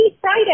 Friday